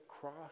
cross